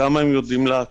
עד כמה הם יודעים לעקוב.